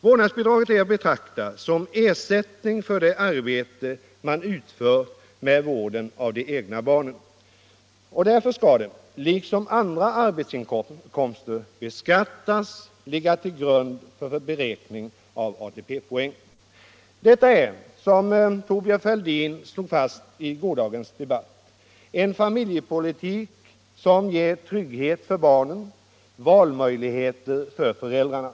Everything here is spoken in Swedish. Vårdnadsbidraget är att betrakta som ersättning för det arbete man utför med vården av de egna barnen, och därför skall det liksom andra arbetsinkomster beskattas och ligga till grund för beräkning av ATP-poäng. Detta är, som Thorbjörn Fälldin slog fast i gårdagens debatt, en familjepolitik som ger trygghet för barnen och valmöjligheter åt föräldrarna.